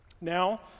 Now